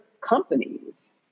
companies